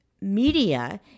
media